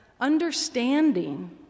Understanding